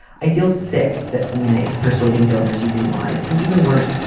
i feel sick that farina is persuading donors using lies and even worse.